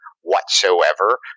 whatsoever